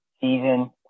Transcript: season